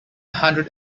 hundred